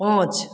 पाँच